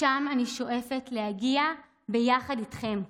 לשם אני שואפת להגיע ביחד איתכם.